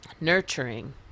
nurturing